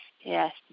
yes